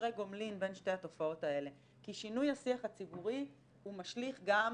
קשרי גומלין בין שתי התופעות האלה כי שינוי השיח הציבורי הוא משליך גם,